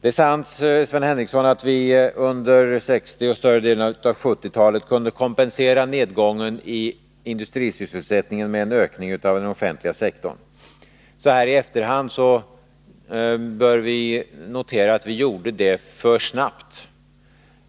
Det är sant, Sven Henricsson, att vi under 1960 och större delen av 1970-talet kunde kompensera nedgången i industrisysselsättningen med en ökning av den offentliga sektorn. Så här i efterhand bör vi notera att vi gjorde 3 det för snabbt.